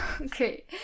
Okay